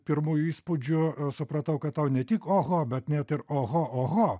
pirmųjų įspūdžių supratau kad tau ne tik oho bet net ir oho oho